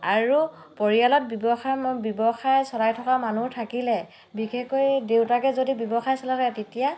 আৰু পৰিয়ালত ব্যৱসায় মই ব্যৱসায় চলাই থকা মানুহ থাকিলে বিশেষকৈ দেউতাকে যদি ব্যৱসায় চলাই থাকে তেতিয়া